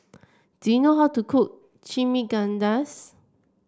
do you know how to cook Chimichangas